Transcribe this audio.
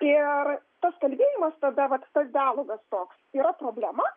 ir tas kalbėjimas tada vat tas dialogas toks yra problema